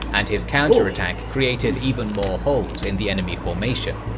and his counter-attack created even more holes in the enemy formation.